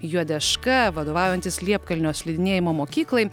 juodeška vadovaujantis liepkalnio slidinėjimo mokyklai